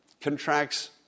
contracts